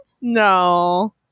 no